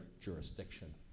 jurisdiction